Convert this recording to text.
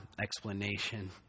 explanation